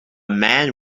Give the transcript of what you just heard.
man